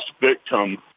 victim